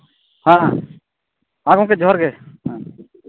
ᱦᱮᱸ ᱦᱮᱸ ᱜᱚᱢᱠᱮ ᱡᱚᱦᱟᱨ ᱜᱮ ᱦᱮᱸ